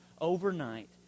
overnight